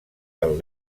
del